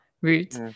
route